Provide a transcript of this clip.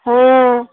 হ্যাঁ